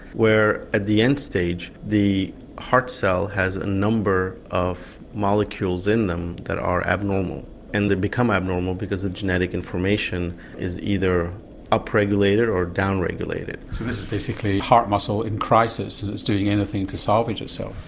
where at the end stage the heart cell has a number of molecules in them that are abnormal and they become abnormal because the genetic information is either up-regulated or down-regulated. this is basically heart muscle in crisis and it's doing anything to salvage itself.